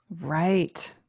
right